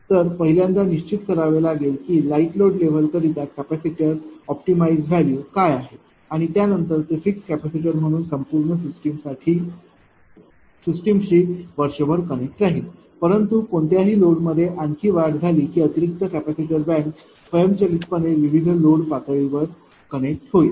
तर पहिल्यांदा निश्चित करावे लागेल की लाईट लोड लेव्हल करिता कॅपॅसिटर ऑप्टिमाइज़ व्हॅल्यू काय आहे आणि त्यानंतर ते फिक्स्ट कॅपेसिटर म्हणून संपूर्ण वर्षभर सिस्टमशी कनेक्ट राहील परंतु कोणत्याही लोडमध्ये आणखी वाढ झाली की अतिरिक्त कॅपेसिटर बँक स्वयंचलितपणे विविध लोड पातळीवर कनेक्ट होईल